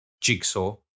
Jigsaw